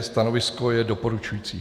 Stanovisko je doporučující.